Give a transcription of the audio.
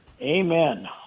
Amen